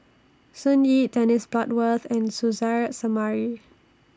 Sun Yee Dennis Bloodworth and Suzairhe Sumari